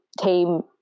team